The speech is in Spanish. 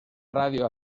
radio